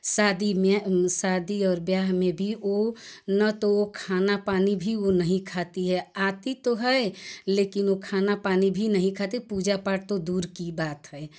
शादी में शादी और ब्याह में भी वह ना तो वह खाना पानी भी वह नहीं खाती है आती तो है लेकिन वह खाना पानी भी नहीं खाती पूजा पाठ तो दूर की बात है